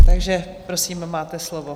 Takže prosím, máte slovo.